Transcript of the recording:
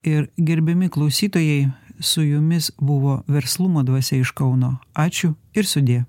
ir gerbiami klausytojai su jumis buvo verslumo dvasia iš kauno ačiū ir sudie